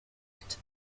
act